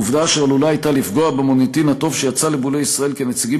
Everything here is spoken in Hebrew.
עובדה שעלולה הייתה לפגוע במוניטין הטוב שיצא לבולי ישראל כנציגים